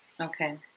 Okay